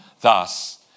Thus